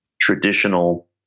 traditional